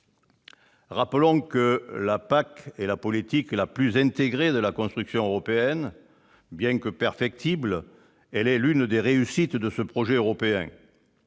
Rappelons que la PAC est la politique la plus intégrée de la construction européenne. Bien que perfectible, elle est l'une des réussites de ce projet européen,